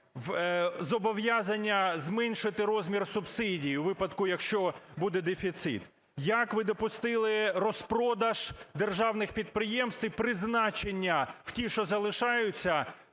зобов'язання зменшити розмір субсидій у випадку, якщо буде дефіцит? Як ви допустили розпродаж державних підприємств і призначення в ті, що залишаються,